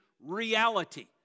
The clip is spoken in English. reality